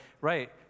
right